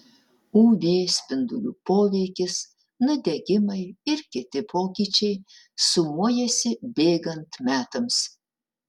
uv spindulių poveikis nudegimai ir kiti pokyčiai sumuojasi bėgant metams